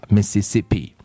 Mississippi